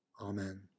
Amen